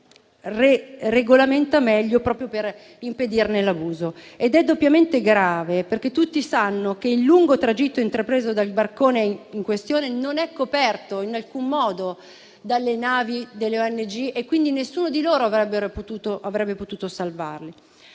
è doppiamente grave perché tutti sanno che il lungo tragitto intrapreso dal barcone in questione non è coperto in alcun modo dalle navi delle ONG, per cui nessuna di loro avrebbe potuto salvarlo.